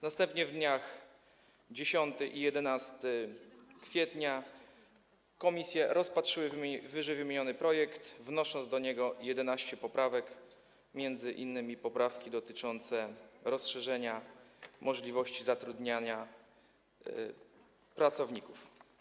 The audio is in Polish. Następnie w dniach 10 i 11 kwietnia komisje rozpatrzyły ww. projekt, wnosząc do niego 11 poprawek, m.in. poprawki dotyczące rozszerzenia możliwości zatrudniania pracowników.